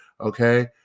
Okay